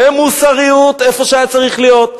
במוסריות איפה שהיה צריך להיות,